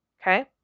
Okay